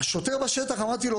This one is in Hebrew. לשוטר בשטח אמרתי,